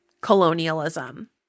Colonialism